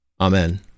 Amen